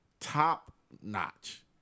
top-notch